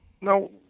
No